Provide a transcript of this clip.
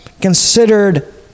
considered